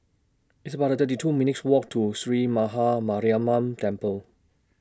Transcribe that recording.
It's about thirty two minutes' Walk to Sree Maha Mariamman Temple